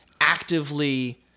actively